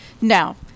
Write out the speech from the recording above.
now